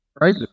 right